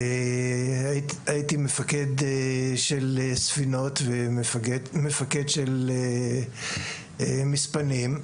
הייתי מפקד של ספינות, ומפקד של מספנים,